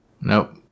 Nope